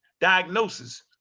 diagnosis